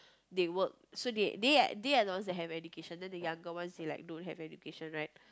they work so they they are they are the ones that have education then the younger ones they like don't have education right